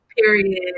period